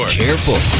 careful